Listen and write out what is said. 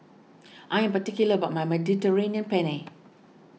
I am particular about my Mediterranean Penne